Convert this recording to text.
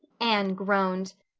anne groaned.